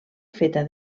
feta